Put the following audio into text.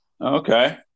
Okay